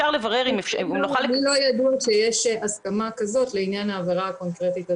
לי לא ידוע שיש הסכמה כזאת לעניין העבירה הקונקרטית הזאת.